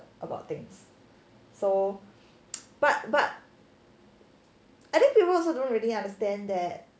about things so but but I think people also don't really understand that